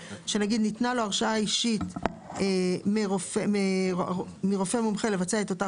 שניתנה לו הרשאה אישית מרופא מומחה לבצע את אותה